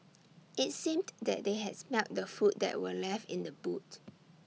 IT seemed that they had smelt the food that were left in the boot